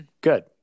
good